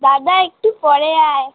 দাদা একটু পরে আয়